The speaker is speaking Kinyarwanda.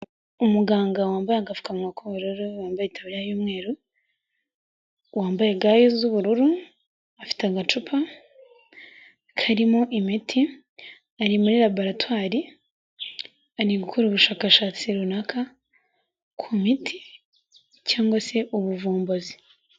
Umuganga wambaye agafukawa k'ubururu, wambaye taburiya y'umweru, wambaye ga z'ubururu afite agacupa karimo imiti, ari muri raboratwari ari gukora ubushakashatsi runaka ku miti cyangwa se ubuvumbuzi.